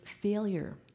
failure